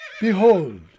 Behold